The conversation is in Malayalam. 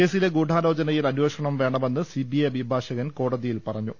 കേസിലെ ഗൂഢാലോചനയിൽ അന്വേഷണം വേണ മെന്ന് സി ബി ഐ അഭിഭാഷകൻ കോടതിയിൽ പറഞ്ഞു